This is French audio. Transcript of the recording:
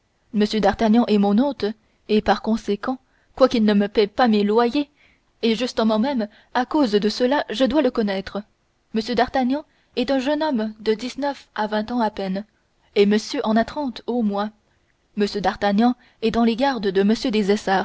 m d'artagnan est mon hôte et par conséquent quoiqu'il ne me paie pas mes loyers et justement même à cause de cela je dois le connaître m d'artagnan est un jeune homme de dix-neuf à vingt ans à peine et monsieur en a trente au moins m d'artagnan est dans les gardes de m